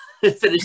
finished